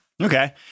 Okay